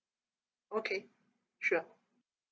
okay sure